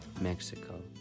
Mexico